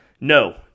No